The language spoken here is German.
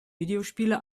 videospiele